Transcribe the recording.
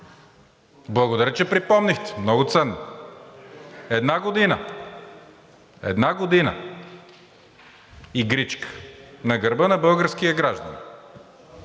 Благодаря, че припомнихте – много ценно. Една година, една година игричка на гърба на българския гражданин!